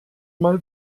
mal